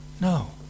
No